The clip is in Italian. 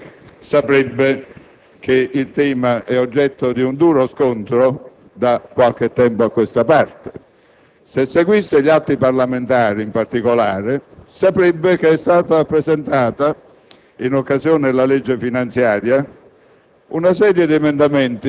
Se seguisse le cronache saprebbe che il tema è oggetto di un duro scontro, da qualche tempo a questa parte. Se seguisse gli atti parlamentari, in particolare, saprebbe che è stata presentata, in occasione della legge finanziaria,